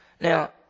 Now